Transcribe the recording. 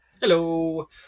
Hello